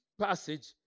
passage